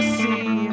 see